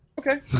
Okay